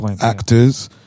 actors